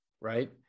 right